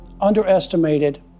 underestimated